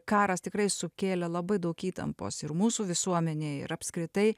karas tikrai sukėlė labai daug įtampos ir mūsų visuomenėj ir apskritai